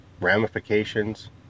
ramifications